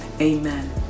Amen